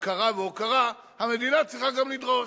הכרה והוקרה, המדינה צריכה גם לדרוש,